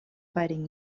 fighting